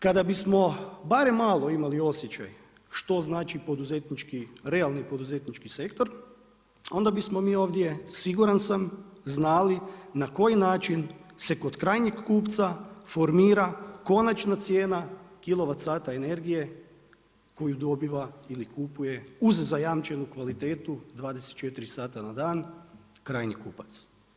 Kada bismo barem malo imali osjećaj što znači poduzetnički, realni poduzetnički sektor, onda bismo mi ovdje, siguran sam, znali, na koji način se kod krajnjeg kupca formira konačna cijena kilovat sata, energije, koji dobiva ili kupuje uz zajamčenu kvalitetu, 24 sata na dan krajnji kupac.